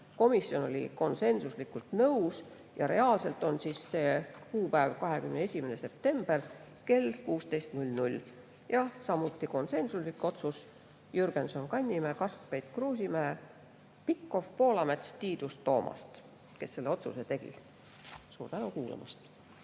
Komisjon oli konsensuslikult nõus ja reaalselt on see tähtaeg 21. september kell 16. Samuti konsensuslik otsus: Jürgenson, Kannimäe, Kaskpeit, Kruusimäe, Pikhof, Poolamets, Tiidus, Toomast. Nemad selle otsuse tegid. Suur tänu kuulamast.